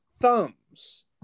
thumbs